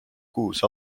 kuus